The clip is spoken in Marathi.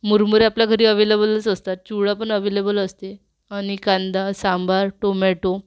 मुरमुरा आपल्या घरी अवेलेबलच असतात चिवडा पण अवेलेबल असते आणि कांदा सांबार टोमॅटो